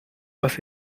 was